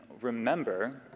remember